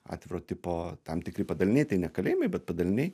atviro tipo tam tikri padaliniai tai ne kalėjimai bet padaliniai